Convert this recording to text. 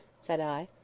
said i.